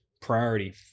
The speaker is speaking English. priority